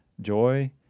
joy